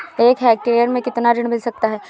एक हेक्टेयर में कितना ऋण मिल सकता है?